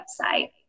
website